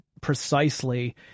precisely